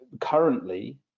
currently